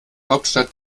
hauptstadt